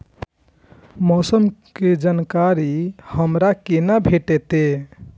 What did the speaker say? मौसम के जानकारी हमरा केना भेटैत?